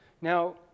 Now